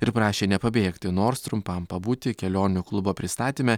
ir prašė nepabėgti nors trumpam pabūti kelionių klubo pristatyme